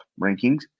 rankings